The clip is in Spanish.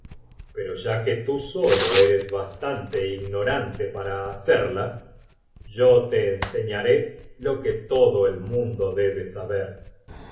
pero ya que tú solo eres bastante ignorante para hacerla yo te enseñaré lo que todo el mundo debe saber